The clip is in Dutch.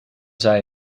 zij